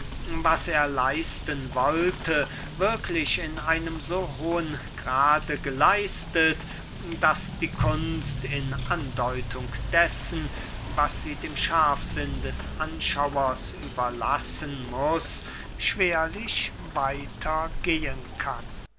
was er leisten wollte wirklich in einem so hohen grade geleistet daß die kunst in andeutung dessen was sie dem scharfsinn des anschauers überlassen muß schwerlich weiter gehen kann